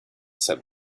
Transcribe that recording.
said